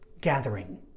gathering